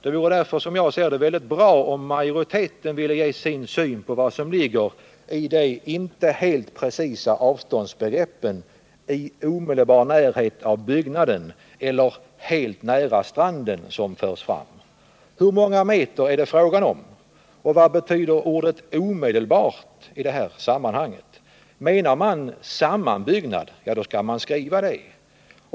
Det vore därför, som jag ser det, mycket bra om majoriteten ville ge sin syn på vad som ligger i de inte helt precisa avståndsbegreppen ”i omedelbar närhet av byggnaden” eller ”helt nära stranden”. Hur många meter är det fråga om? Vad betyder ordet ”omedelbart” i det här sammanhanget? Menar man sammanbyggnad? Då skall man skriva det.